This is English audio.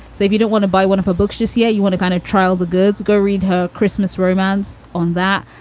so if you don't want to buy one of her books just yet, you want to kind of trial the goods. go read her christmas romance on that.